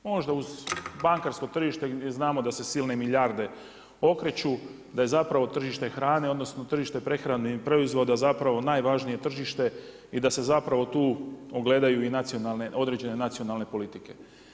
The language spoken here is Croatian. Možda uz bankarsko tržište gdje znamo da se silne milijarde okreću da je zapravo tržište hrane, odnosno tržište prehrane i proizvoda zapravo najvažnije tržište i da se zapravo tu ogledaju i nacionalne, određene nacionalne politike.